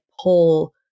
pull